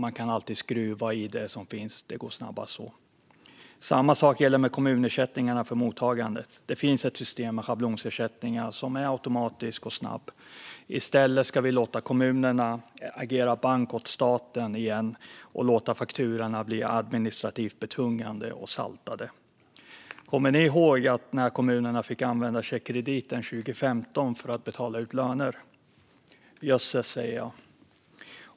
Man kan alltid skruva i det som finns; det går snabbast så. Samma sak gäller kommunersättningarna för mottagandet. Det finns ett system med schablonersättningar som är automatiskt och snabbt. I stället ska vi låta kommunerna agera bank åt staten igen och låta fakturorna bli administrativt betungande och saltade. Kommer ni ihåg när kommunerna 2015 fick använda checkkrediten för att betala ut löner? Jösses, säger jag.